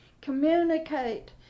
communicate